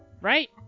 Right